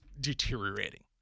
deteriorating